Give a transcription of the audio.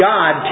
God